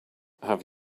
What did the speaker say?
have